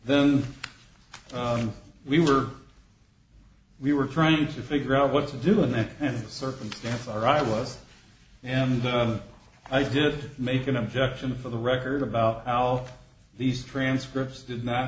then we were we were trying to figure out what to do in that circumstance or i was and the i did make an objection for the record about alf these transcripts did not